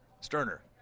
Sterner